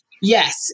Yes